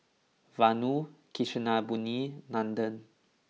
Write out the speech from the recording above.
Vanu Kasinadhuni Nandan